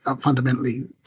fundamentally